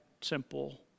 simple